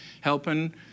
helping